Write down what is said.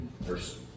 verse